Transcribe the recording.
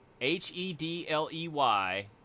H-E-D-L-E-Y